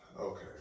okay